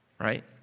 right